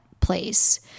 place